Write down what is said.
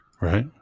Right